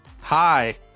Hi